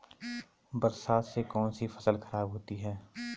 बरसात से कौन सी फसल खराब होती है?